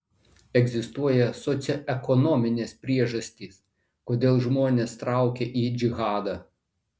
egzistuoja socioekonominės priežastys kodėl žmonės traukia į džihadą